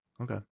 Okay